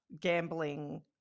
gambling